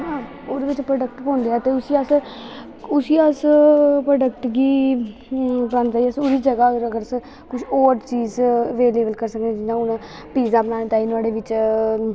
ओह्दै बिच्च प्रोडक्ट पौंदे ऐं ते उसी अस प्रोडक्ट गी ओह्दी जगा पर अगर अस कुश होर चीज़ अवेलेवल करी सकनें जियां हून अस पीज़ा बनानें ताई नोहाड़े बिच्च